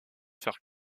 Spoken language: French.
faire